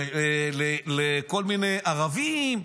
לכל מיני ערבים,